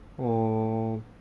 oh